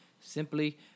simply